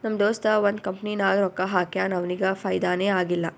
ನಮ್ ದೋಸ್ತ ಒಂದ್ ಕಂಪನಿನಾಗ್ ರೊಕ್ಕಾ ಹಾಕ್ಯಾನ್ ಅವ್ನಿಗ ಫೈದಾನೇ ಆಗಿಲ್ಲ